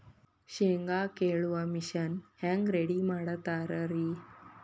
ಶೇಂಗಾ ಕೇಳುವ ಮಿಷನ್ ಹೆಂಗ್ ರೆಡಿ ಮಾಡತಾರ ರಿ?